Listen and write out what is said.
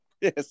Yes